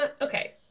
okay